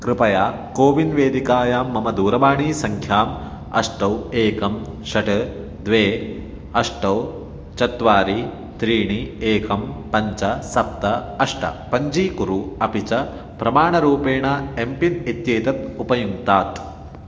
कृपया कोविन् वेदिकायां मम दूरवाणीसङ्ख्याम् अष्ट एकं षट् द्वे अष्ट चत्वारि त्रीणि एकं पञ्च सप्त अष्ट पञ्जीकुरु अपि च प्रमाणरूपेण एम् पिन् इत्येतत् उपयुङ्क्तात्